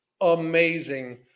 amazing